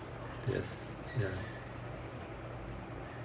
ya